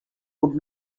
could